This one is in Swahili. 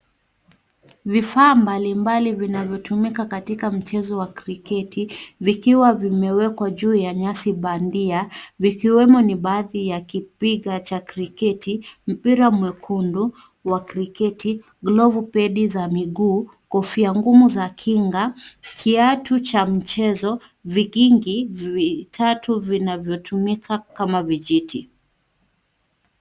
Vifaa mbalimbali vinavyotumika katika mchezo wa kriketi, vikiwa vimewekwa juu ya nyasi bandia, vikiwemo ni baadhi ya kipiga cha kriketi, mpira mwekundu wa kriketi, glovu pedi za miguu, kofia ngumu za kinga, kiatu cha mchezo, vigingi vitatu vinavyotumika kama vijiti.